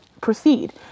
proceed